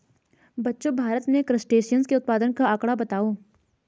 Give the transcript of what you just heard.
बच्चों भारत में क्रस्टेशियंस के उत्पादन का आंकड़ा बताओ?